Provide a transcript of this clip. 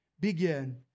Begin